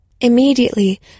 Immediately